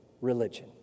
religion